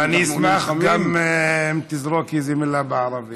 ואני גם אשמח אם תזרוק איזו מילה בערבית.